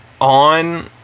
on